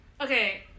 okay